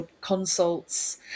consults